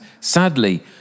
sadly